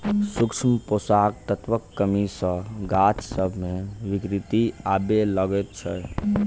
सूक्ष्म पोषक तत्वक कमी सॅ गाछ सभ मे विकृति आबय लागैत छै